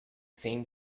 same